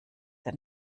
der